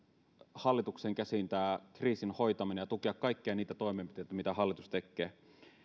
hallituksen käsiin tämän kriisin hoitamisen ja tukea kaikkia niitä toimenpiteitä mitä hallitus tekee